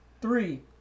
three